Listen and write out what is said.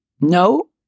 No